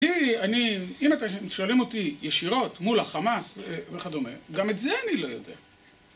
אם אתם שואלים אותי ישירות מול החמאס וכדומה, גם את זה אני לא יודע.